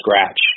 scratch